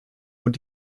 und